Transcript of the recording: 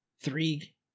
three